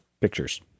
pictures